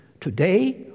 today